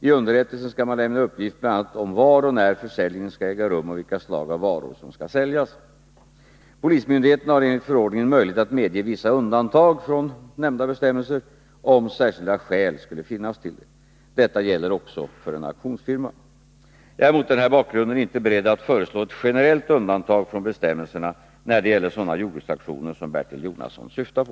I underrättelsen skall man lämna uppgift bl.a. om var och när försäljningen skall äga rum och vilka slag av varor som skall säljas. Polismyndigheten har enligt förordningen möjlighet att medge vissa undantag från nämnda bestämmelser, om särskilda skäl skulle finnas till det. Detta gäller också för en auktionsfirma. Jag är mot den här bakgrunden inte beredd att föreslå ett generellt undantag från bestämmelserna när det gäller sådana jordbruksauktioner som Bertil Jonasson syftar på.